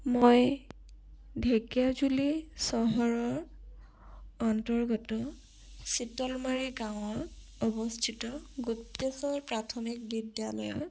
মই ঢেকীয়াজুলি চহৰৰ অন্তৰ্গত চিতলমাৰী গাঁৱত অৱস্থিত গুপ্তেশ্বৰ প্ৰাথমিক বিদ্যালয়ত